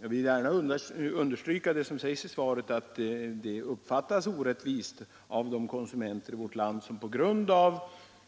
Jag vill understryka, som sägs i svaret, att det uppfattas som orättvist att de konsumenter i vårt land som på grund av